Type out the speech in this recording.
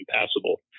impassable